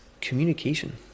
communication